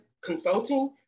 consulting